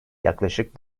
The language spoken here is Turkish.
yaklaşık